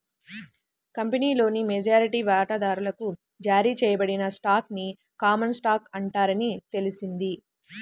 కంపెనీలోని మెజారిటీ వాటాదారులకు జారీ చేయబడిన స్టాక్ ని కామన్ స్టాక్ అంటారని తెలిసింది